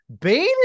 bane